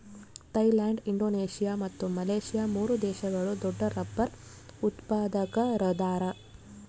Thailand Indonesia ಮತ್ತು Malaysia ಮೂರು ದೇಶಗಳು ದೊಡ್ಡರಬ್ಬರ್ ಉತ್ಪಾದಕರದಾರ